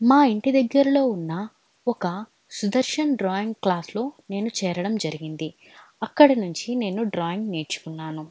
మా ఇంటి దగ్గరలో ఉన్న ఒక సుదర్శన్ డ్రాయింగ్ క్లాస్లో నేను చేరడం జరిగింది అక్కడ నుంచి నేను డ్రాయింగ్ నేర్చుకున్నాను